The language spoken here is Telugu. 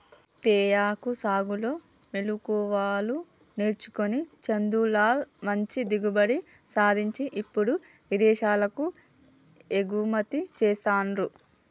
తేయాకు సాగులో మెళుకువలు నేర్చుకొని చందులాల్ మంచి దిగుబడి సాధించి ఇప్పుడు విదేశాలకు ఎగుమతి చెస్తాండు